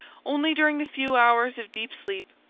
only during the few hours of deep sleep,